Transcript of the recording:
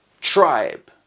tribe